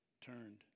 turned